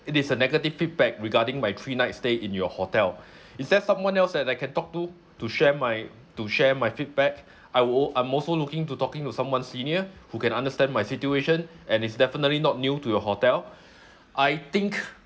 it is a negative feedback regarding my three nights stay in your hotel is there someone else that I can talk to to share my to share my feedback I wo~ I'm also looking to talking to someone senior who can understand my situation and it's definitely not new to your hotel I think